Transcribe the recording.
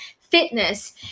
fitness